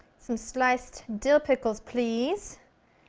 some sliced dill pickles please!